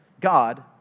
God